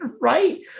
right